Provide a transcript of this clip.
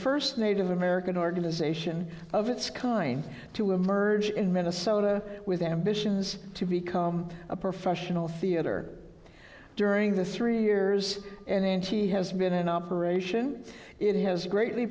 first native american organization of its kind to emerge in minnesota with ambitions to become a professional theater during this three years and then she has been in operation it has greatly